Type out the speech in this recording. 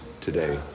today